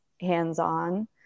hands-on